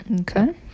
okay